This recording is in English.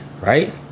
right